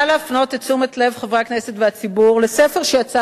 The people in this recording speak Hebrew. אני רוצה להפנות את תשומת לב חברי הכנסת והציבור לספר שיצא